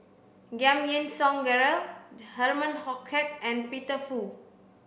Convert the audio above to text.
Giam Yean Song Gerald Herman Hochstadt and Peter Fu